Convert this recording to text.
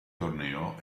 torneo